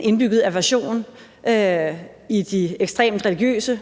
indbygget aversion i de ekstremt religiøse